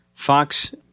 Fox